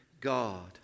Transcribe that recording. God